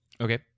Okay